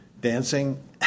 dancing